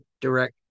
direct